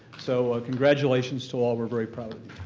so ah congratulations to all, we're very proud